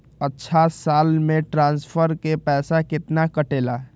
अछा साल मे ट्रांसफर के पैसा केतना कटेला?